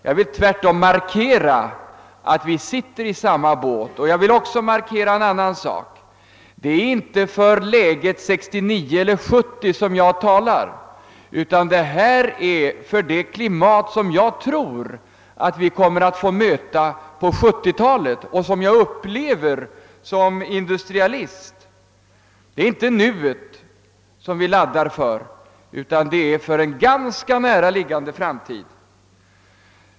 Tvärtom vill jag markera att vi sitter i samma båt, och jag vill också markera en annan sak. Det är inte om situationen under 1969 eller 1970 jag talar utan om det klimat jag tror vi får möta under 1970-talet som jag ser det som industriman. Det är inte för nuet som vi laddar upp utan för en — även ganska näraliggande — framtid.